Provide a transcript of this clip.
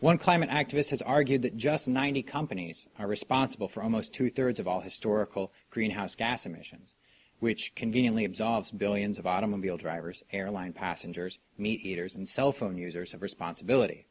one climate activist has argued that just ninety companies are responsible for almost two thirds of all historical greenhouse gas emissions which conveniently absolves billions of automobile drivers airline passengers meat eaters and cellphone users of responsibility